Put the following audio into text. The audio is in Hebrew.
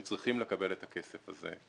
הם צריכים לקבל את הכסף הזה.